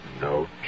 no